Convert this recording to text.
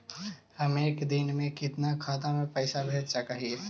हम एक दिन में कितना खाता में पैसा भेज सक हिय?